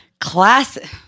Classic